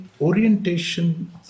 orientation